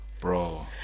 Bro